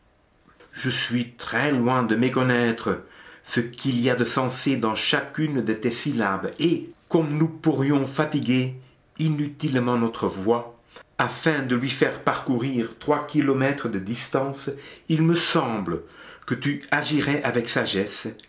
je suis très loin de méconnaître ce qu'il y a de censé dans chacune de tes syllabes et comme nous pourrions fatiguer inutilement notre voix afin de lui faire parcourir trois kilomètres de distance il me semble que tu agirais avec sagesse